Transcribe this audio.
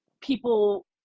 people